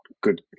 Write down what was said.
good